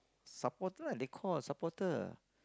supporter they call supporter